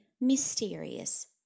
mysterious